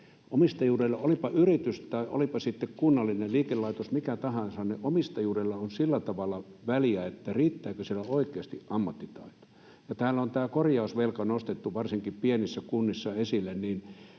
yritys tai olipa sitten kunnallinen liikelaitos tai mikä tahansa, niin omistajuudella on sillä tavalla väliä, että riittääkö siellä oikeasti ammattitaito. Täällä on tämä korjausvelka, varsinkin pienissä kunnissa,